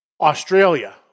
Australia